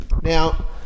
Now